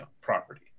property